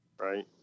Right